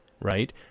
right